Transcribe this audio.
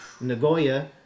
Nagoya